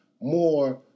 more